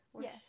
Yes